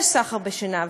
יש סחר בשנהב.